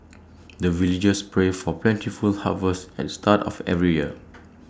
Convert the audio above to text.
the villagers pray for plentiful harvest at start of every year